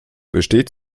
besteht